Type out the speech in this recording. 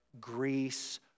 Greece